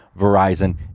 Verizon